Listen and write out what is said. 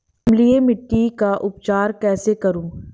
अम्लीय मिट्टी का उपचार कैसे करूँ?